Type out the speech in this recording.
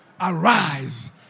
Arise